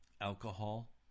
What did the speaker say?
alcohol